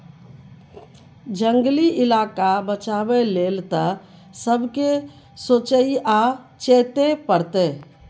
जंगली इलाका बचाबै लेल तए सबके सोचइ आ चेतै परतै